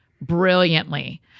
brilliantly